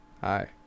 Hi